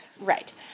Right